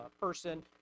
person